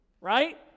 right